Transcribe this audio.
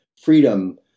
freedom